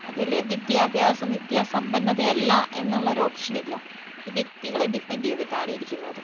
അതിൽ വിദ്യാഭ്യാസം വിദ്യാസമ്പന്നതയല്ല എന്നുള്ളൊരു ഓപ്ഷനില്ല ഈ വ്യക്തികളെ ഡിപ്പന്റ് ചെയ്തിട്ടാണ് ഇരിക്കുന്നത്